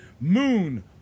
Moon